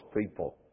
people